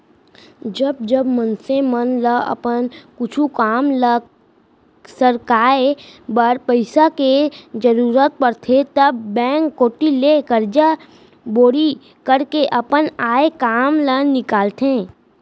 जब जब मनसे मन ल अपन कुछु काम ल सरकाय बर पइसा के जरुरत परथे तब बेंक कोती ले करजा बोड़ी करके अपन आय काम ल निकालथे